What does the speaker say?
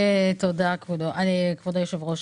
תודה, כבוד היושב-ראש.